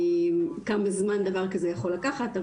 ולהגיד כמה זמן דבר כזה עלול לקחת.